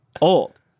old